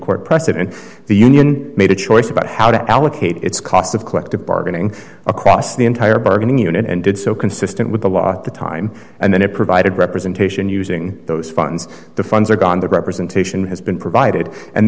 court precedent the union made a choice about how to allocate its costs of collective bargaining across the entire bargaining unit and did so consistent with the law the time and then it provided representation using those funds the funds are gone the representation has been provided and